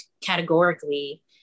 categorically